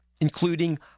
including